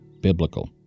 biblical